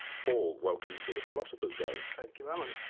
paul, welcome to the philosopher's zone. thank you alan.